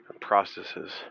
processes